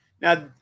Now